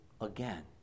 again